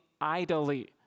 idly